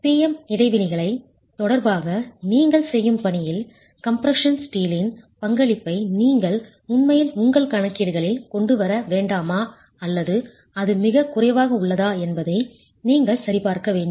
P M இடைவினைகள் தொடர்பாக நீங்கள் செய்யும் பணியில் கம்ப்ரஷன் ஸ்டீலின் பங்களிப்பை நீங்கள் உண்மையில் உங்கள் கணக்கீடுகளில் கொண்டு வர வேண்டுமா அல்லது அது மிகக் குறைவாக உள்ளதா என்பதை நீங்கள் சரிபார்க்க வேண்டும்